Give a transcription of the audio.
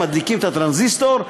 מדליקים את הטרנזיסטור,